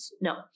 no